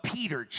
Peter